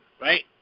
right